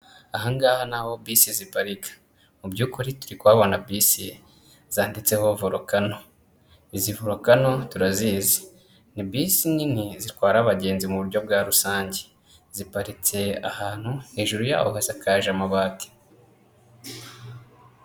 Aha ngaha ni aho bisi ziparika. mu byukuri turi kubabona bisi zanditseho vorokano, izi vurokano turazizi ni bisi nini zitwara abagenzi mu buryo bwa rusange, ziparitse ahantu hejuru yaho hasakaje amabati.